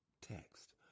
Text